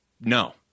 no